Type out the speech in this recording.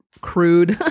crude